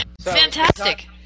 Fantastic